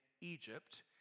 Egypt